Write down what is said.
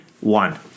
one